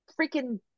freaking